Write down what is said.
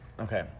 okay